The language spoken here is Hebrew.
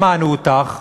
שמענו אותך,